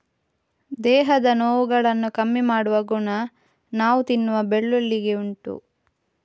ದೇಹದ ನೋವುಗಳನ್ನ ಕಮ್ಮಿ ಮಾಡುವ ಗುಣ ನಾವು ತಿನ್ನುವ ಬೆಳ್ಳುಳ್ಳಿಗೆ ಉಂಟು